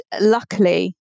luckily